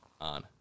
on